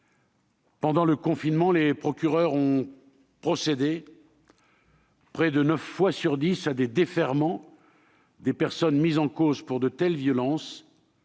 Pendant le confinement, les procureurs ont procédé, près de neuf fois sur dix, au déferrement des personnes mises en cause pour de telles violences.